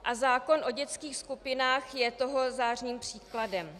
A zákon o dětských skupinách je toho zářným příkladem.